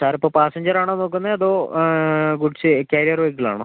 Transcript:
sir ഇപ്പോൾ passenger ആണോ നോക്കുന്നത് അതോ ഗുഡ്സ് കാരിയർ വെഹിക്കിൾ ആണോ